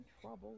trouble